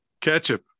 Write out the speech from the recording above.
Ketchup